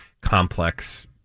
complex